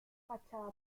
fachada